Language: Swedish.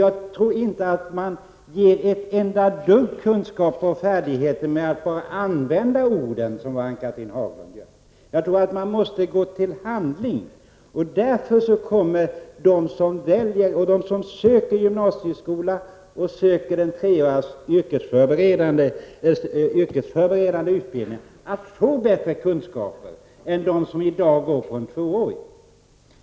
Jag tror dock inte att man förmedlar ett enda dugg av kunskaper och färdigheter genom att bara använda orden, som Ann-Cathrine Haglund gör. Jag tror att man måste gå till handling. De som väljer treårig yrkesförberedande utbildning kommer att få bättre kunskaper än de som i dag går på en tvåårig.